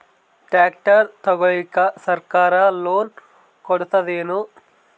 Tractor ತಗೊಳಿಕ ಸರ್ಕಾರ loan ಕೊಡತದೇನು?